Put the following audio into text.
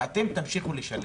אתם תמשיכו לשלם.